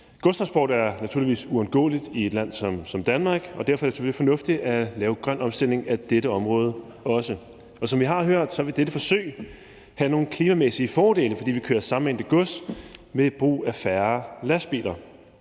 Godstransport er naturligvis uundgåeligt i et land som Danmark, og derfor er det selvfølgelig fornuftigt at lave en grøn omstilling på dette område også. Og som vi har hørt, vil dette forsøg have nogle klimamæssige fordele, fordi man kører samme mængde gods ved brug af færre lastbiler.